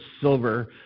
silver